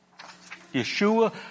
Yeshua